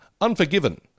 Unforgiven